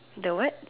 the what